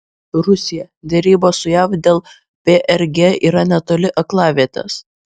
rusija derybos su jav dėl prg yra netoli aklavietės